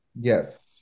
yes